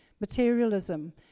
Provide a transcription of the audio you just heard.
Materialism